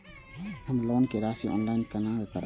हम लोन के राशि ऑनलाइन केना भरब?